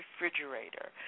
refrigerator